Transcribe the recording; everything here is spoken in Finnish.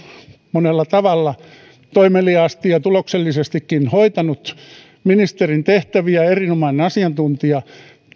monella tavalla toimeliaasti ja tuloksellisestikin hoitanut ministerin tehtäviä erinomainen asiantuntija